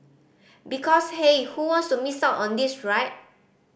because hey who wants to miss out on this right